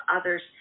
others